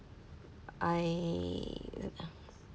I